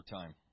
time